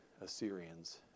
Assyrians